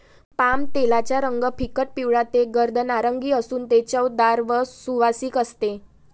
पामतेलाचा रंग फिकट पिवळा ते गर्द नारिंगी असून ते चवदार व सुवासिक असते